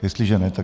Jestliže ne, tak...